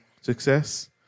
success